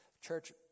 church